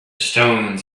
stones